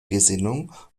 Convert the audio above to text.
gesinnung